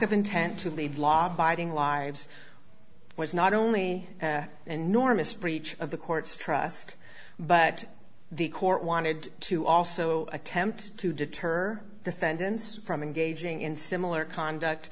of intent to lead law abiding lives was not only an enormous breach of the court's trust but the court wanted to also attempt to deter defendants from engaging in similar conduct